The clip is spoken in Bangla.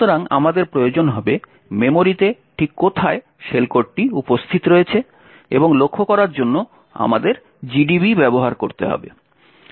সুতরাং আমাদের প্রয়োজন হবে মেমরিতে ঠিক কোথায় শেল কোডটি উপস্থিত রয়েছে এবং লক্ষ্য করার জন্য আমাদের GDB ব্যবহার করতে হবে